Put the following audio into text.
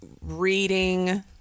reading